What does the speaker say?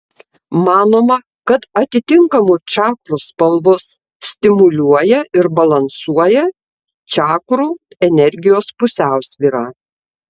manoma kad atitinkamų čakrų spalvos stimuliuoja ir balansuoja čakrų energijos pusiausvyrą